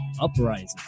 Uprising